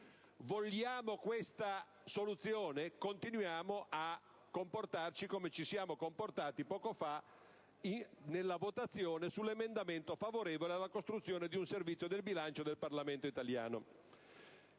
Vogliamo questa soluzione? Continuiamo a comportarci come abbiamo fatto poco fa nella votazione dell'emendamento favorevole alla costruzione di un Servizio del bilancio del Parlamento italiano.